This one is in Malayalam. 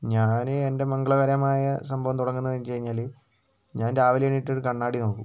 ഞാൻ എൻ്റെ മംഗളകരമായ സംഭവം തുടങ്ങുന്നതെന്നു വച്ചു കഴിഞ്ഞാൽ ഞാൻ രാവിലെ എണീറ്റ് ഒരു കണ്ണാടി നോക്കും